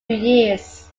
years